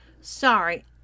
Sorry